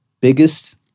biggest